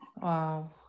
Wow